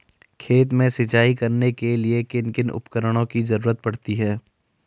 खेत में सिंचाई करने के लिए किन किन उपकरणों की जरूरत पड़ती है?